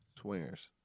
Swingers